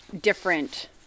different